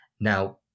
Now